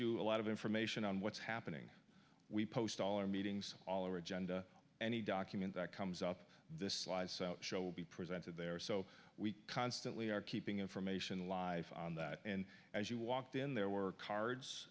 you a lot of information on what's happening we post all our meetings all over agenda any document that comes up this show will be presented there so we constantly are keeping information live on that and as you walked in there were cards